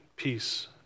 peace